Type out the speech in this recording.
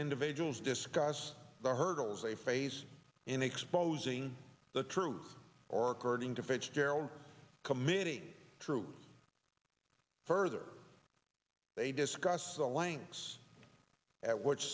individuals discuss the hurdles a face in exposing the truth or according to fitzgerald committee truth further they discuss the lengths at which